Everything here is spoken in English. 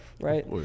Right